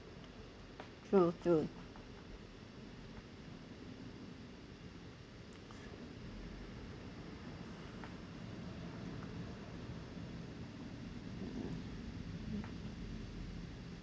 true true